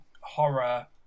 horror